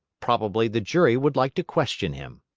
probably the jury would like to question him.